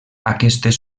aquestes